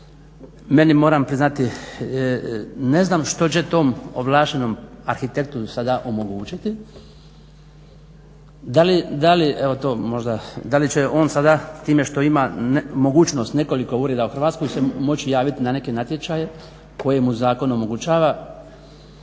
meni moram priznati, ne znam što će tom ovlaštenom arhitektu sada omogućiti, da li će on sada s time što ima mogućnost nekoliko ureda u Hrvatskoj se moći javiti na neki natječaje koje mu zakon omogućava